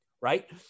right